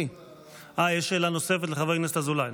יש שאלה נוספת לחבר הכנסת אזולאי.